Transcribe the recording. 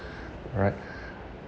right